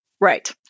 Right